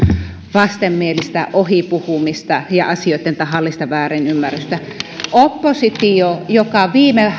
vastenmielistä ohi puhumista ja asioitten tahallista väärinymmärrystä oppositio joka viime